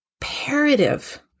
imperative